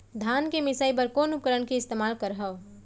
धान के मिसाई बर कोन उपकरण के इस्तेमाल करहव?